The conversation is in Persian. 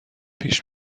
پیش